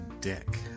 dick